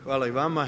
Hvala i vama.